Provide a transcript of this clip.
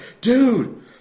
Dude